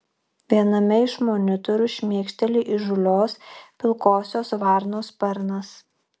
viename iš monitorių šmėkšteli įžūlios pilkosios varnos sparnas